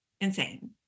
insane